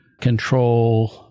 control